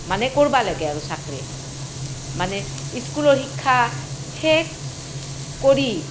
মানে কৰবা লাগে আৰু চাকৰি মানে স্কুলৰ শিক্ষা শেষ কৰি